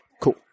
cool